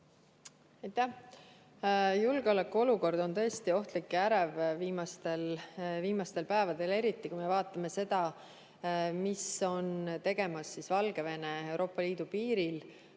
Aitäh! Julgeolekuolukord on tõesti ohtlik ja ärev, viimastel päevadel eriti. Kui me vaatame seda, mida on tegemas Valgevene Euroopa Liidu piiril,